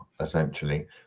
essentially